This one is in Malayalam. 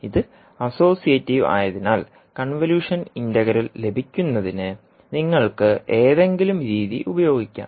ഇത് അസ്സോസിയേറ്റീവ് ആയതിനാൽ കൺവല്യൂഷൻ ഇന്റഗ്രൽ ലഭിക്കുന്നതിന് നിങ്ങൾക്ക് ഏതെങ്കിലും രീതി ഉപയോഗിക്കാം